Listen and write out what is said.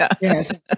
Yes